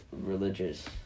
religious